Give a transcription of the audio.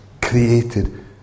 created